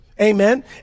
amen